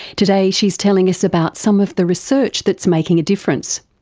today she's telling us about some of the research that's making a difference.